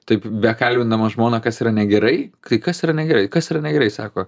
taip bekalbinamas žmoną kas yra negerai kai kas yra negerai kas yra negerai sako